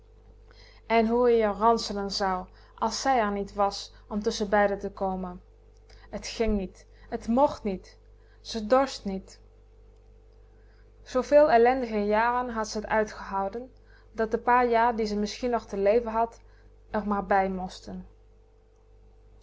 en hoe ie r ranselen zou as zij r niet was om tusschenbeiden te komen t ging niet t mocht niet ze dorst niet zooveel ellendige jaren had ze t uitgehouen dat de paar jaar die ze misschien nog te leven had r maar bij